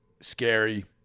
scary